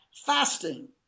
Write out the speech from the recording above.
fasting